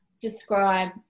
describe